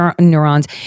neurons